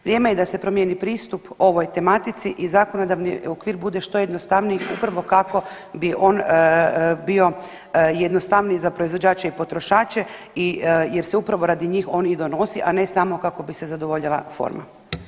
Vrijeme je da se promijeni pristup ovoj tematici i zakonodavni okvir bude što jednostavniji upravo kako bi on bio jednostavniji za proizvođače i potrošače i jer se upravo radi njih on i donosi, a ne samo kako bi se zadovoljila forma.